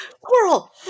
coral